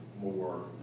more